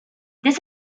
this